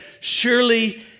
Surely